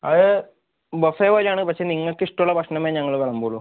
അത് ബൊഫെ പോലെയാണ് പക്ഷെ നിങ്ങക്ക് ഇഷ്ടള്ള ഭക്ഷണമേ ഞങ്ങള് വിളമ്പുകയുള്ളൂ